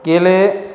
गेले